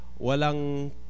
walang